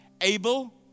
Abel